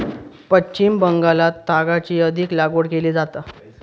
पश्चिम बंगालात तागाची अधिक लागवड केली जाता